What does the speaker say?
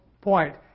point